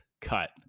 cut